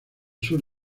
sur